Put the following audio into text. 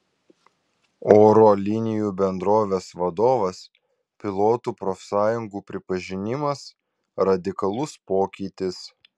oro linijų bendrovės vadovas pilotų profsąjungų pripažinimas radikalus pokytis